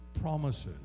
promises